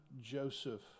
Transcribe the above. Joseph